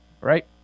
right